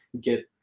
get